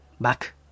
back